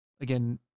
Again